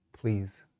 please